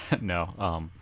No